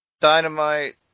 Dynamite